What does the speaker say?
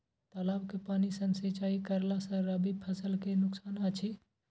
तालाब के पानी सँ सिंचाई करला स रबि फसल के नुकसान अछि?